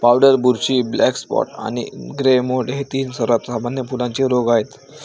powder बुरशी, black spot आणि grey mould हे तीन सर्वात सामान्य फुलांचे रोग आहेत